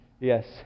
yes